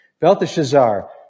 Belteshazzar